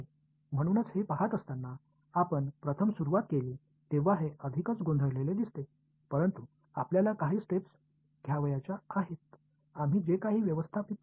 எனவே இதைப் பார்க்கும்போது நாம் முதலில் தொடங்கியதை விட இன்னும் குழப்பமானதாகத் தோன்றுகிறது ஆனால் இது நாம் எடுக்க வேண்டிய சில படிகள்